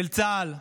של צה"ל,